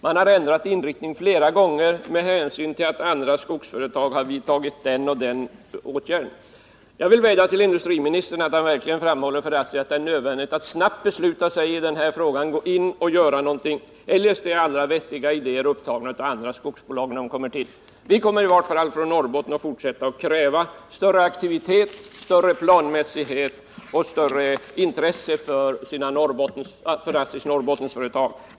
Man har flera gånger ändrat inriktning med hänsyn till att andra skogsföretag vidtagit den och den åtgärden. Jag vill vädja till industriministern att framhålla för ASSI att det är nödvändigt att bolaget snabbt beslutar sig i denna fråga, att man går in och gör någonting. Eljest blir alla viktiga idéer upptagna av andra skogsbolag. Vi i Norrbotten kommer att fortsätta att kräva större aktivitet, större planmässighet och större intresse för ASSI:s Norrbottensföretag.